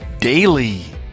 daily